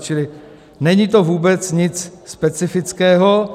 Čili není to vůbec nic specifického.